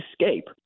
escape